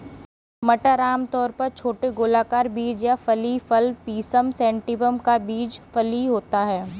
मटर आमतौर पर छोटे गोलाकार बीज या फली फल पिसम सैटिवम का बीज फली होता है